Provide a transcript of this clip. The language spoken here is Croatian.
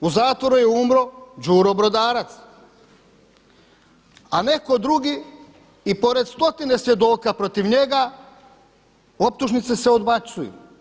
U zatvoru je umro Đuro Brodarac, a neko drugi i pored stotine svjedoka protiv njega optužnice se odbacuju.